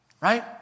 Right